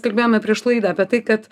kalbėjome prieš laidą apie tai kad